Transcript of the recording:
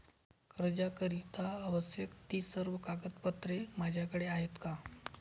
कर्जाकरीता आवश्यक ति सर्व कागदपत्रे माझ्याकडे आहेत का?